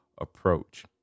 approach